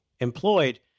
employed